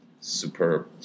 Superb